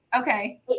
Okay